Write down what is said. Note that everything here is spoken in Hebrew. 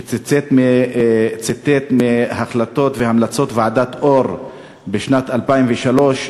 שציטט מהקלטות והמלצות ועדת אור בשנת 2003,